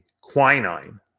quinine